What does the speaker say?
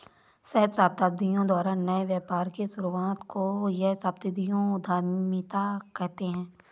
सहस्राब्दियों द्वारा नए व्यापार की शुरुआत को ही सहस्राब्दियों उधीमता कहते हैं